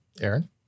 Aaron